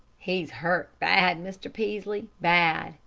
he's hurt bad, mr. peaslee, bad,